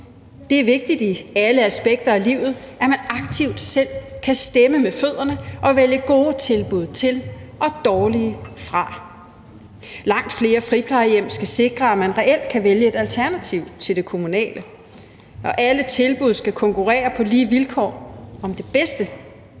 Det er vigtigt i alle aspekter af livet, at man aktivt selv kan stemme med fødderne og vælge gode tilbud til og dårlige fra. Langt flere friplejehjem skal sikre, at man reelt kan vælge et alternativ til det kommunale, og alle tilbud skal konkurrere på lige vilkår om at være